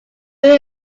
real